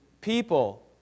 people